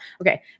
Okay